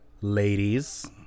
Ladies